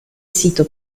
sito